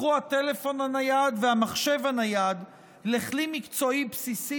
הפכו הטלפון הנייד והמחשב הנייד לכלי מקצועי בסיסי